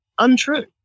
untrue